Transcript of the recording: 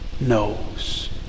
knows